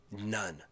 none